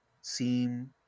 seem